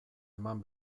eman